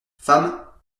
femmes